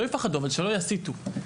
אבל שלא יסיתו.